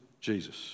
Jesus